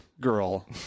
girl